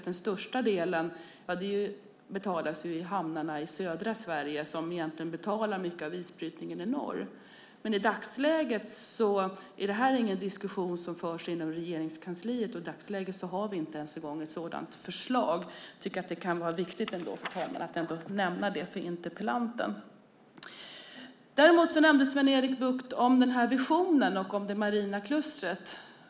Den största delen betalas i hamnarna i södra Sverige som egentligen betalar mycket av isbrytningen i norr. I dagsläget är det ingen diskussion som förs inom Regeringskansliet om detta, och i dagsläget har vi inte ens en gång ett sådant förslag. Det kan ändå vara viktigt, fru talman, att nämna det för interpellanten. Däremot nämnde Sven-Erik Bucht visionen om det marina klustret.